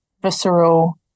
visceral